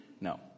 No